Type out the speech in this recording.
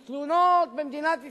כי תלונות במדינת ישראל,